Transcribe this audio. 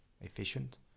efficient